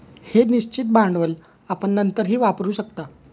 हे निश्चित भांडवल आपण नंतरही वापरू शकता